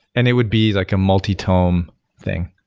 and it would be like a multi-tome thing.